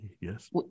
Yes